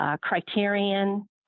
criterion